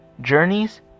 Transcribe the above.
journeys